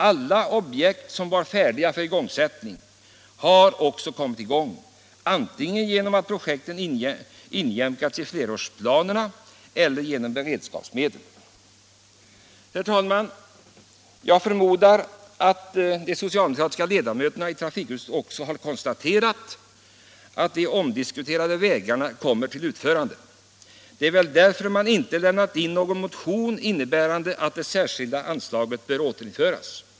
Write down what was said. Alla projekt som var färdiga för igångsättning har också kommit i gång, antingen genom att projekten injämkats i flerårsplanerna eller genom att beredskapsmedel tagits i anspråk. Herr talman! Jag förmodar att de socialdemokratiska ledamöterna i trafikutskottet också har konstaterat att de omdiskuterade vägarna kommer till utförande. Det är väl därför man inte väckt någon motion om att det särskilda anslaget bör återinföras.